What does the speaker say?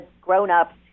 grown-ups